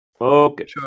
Okay